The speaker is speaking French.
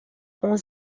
aux